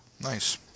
Nice